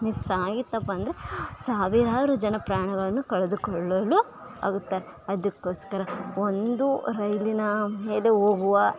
miss ಆಗಿತ್ತಪ್ಪ ಅಂದರೆ ಸಾವಿರಾರು ಜನ ಪ್ರಾಣಗಳನ್ನೂ ಕಳೆದುಕೊಳ್ಳಲು ಆಗುತ್ತೆ ಅದಕ್ಕೋಸ್ಕರ ಒಂದು ರೈಲಿನ ಮೇಲೆ ಹೋಗುವ